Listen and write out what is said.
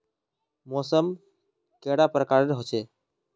मौसम कैडा प्रकारेर होचे?